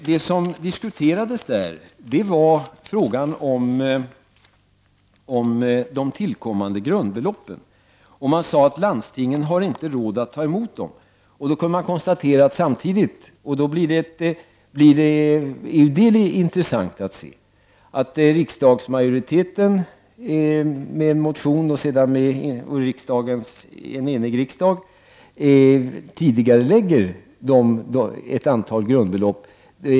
Det som diskuterades där var frågan om de tillkommande grundbeloppen. Man sade att landstingen inte hade råd att ta emot dem. Det är då intressant att se att en enig riksdag efter en motion tidigarelägger ett antal grundbelopp.